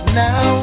now